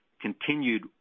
continued